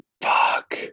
Fuck